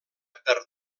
per